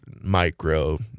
micro